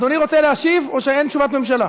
אדוני רוצה להשיב, או שאין תשובת ממשלה?